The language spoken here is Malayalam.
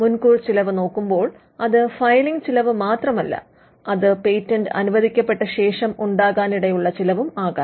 മുൻകൂർ ചിലവ് നോക്കുമ്പോൾ അത് ഫയലിംഗ് ചിലവ് മാത്രമല്ല അത് പേറ്റന്റ് അനുവദിക്കപ്പെട്ട ശേഷം ഉണ്ടാകാനിടയുള്ള ചിലവുമാകാം